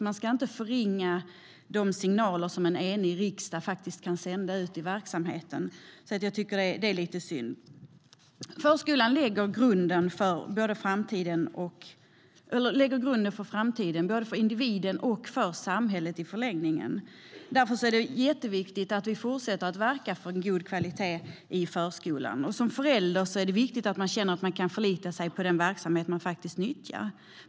Man ska inte förringa de signaler som en enig riksdag kan sända ut i verksamheten. Förskolan lägger grunden för framtiden både för individen och i förlängningen för samhället. Därför är det jätteviktigt att vi fortsätter att verka för en god kvalitet i förskolan. Som förälder är det viktigt att man känner att man kan förlita sig på den verksamhet man nyttjar.